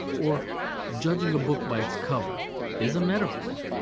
or judging a book by its cover is a metaphor,